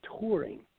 touring